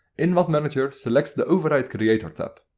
in mod manager select the override creator tab.